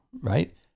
Right